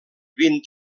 vint